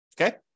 Okay